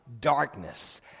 darkness